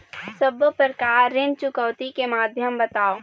सब्बो प्रकार ऋण चुकौती के माध्यम बताव?